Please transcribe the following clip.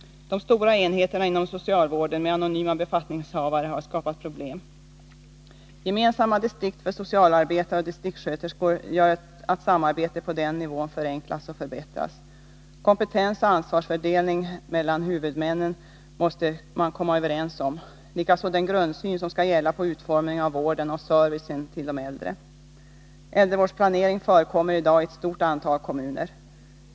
De stora enheterna inom socialvården med anonyma befattningshavare har skapat problem. Gemensamma distrikt för socialarbetare och distriktssköterskor gör att samarbetet på den nivån förenklas och förbättras. Kompetens och ansvarsfördelning måste man som huvudmän komma överens om, likaså om den grundsyn som skall gälla för utformningen av vården och servicen till de äldre. Äldrevårdsplanering förekommer i dag i ett stort antal kommuner.